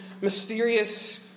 mysterious